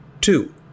two